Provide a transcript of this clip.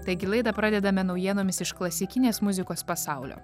taigi laidą pradedame naujienomis iš klasikinės muzikos pasaulio